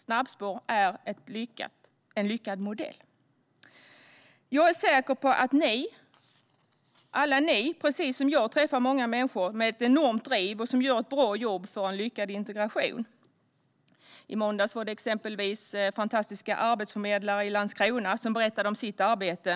Snabbspår är en lyckad modell. Jag är säker på att alla ni, precis som jag, träffar många människor med ett enormt driv, som gör ett bra jobb för en lyckad integration. I måndags var det exempelvis fantastiska arbetsförmedlare i Landskrona som berättade om sitt arbete.